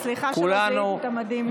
וסליחה שלא זיהיתי את המדים קודם.